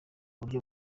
buryo